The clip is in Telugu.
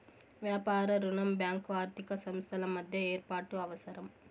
వ్యాపార రుణం బ్యాంకు ఆర్థిక సంస్థల మధ్య ఏర్పాటు అవసరం